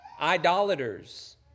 idolaters